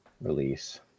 release